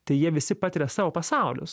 tai jie visi patiria savo pasaulius